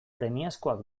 premiazkoak